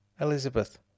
Elizabeth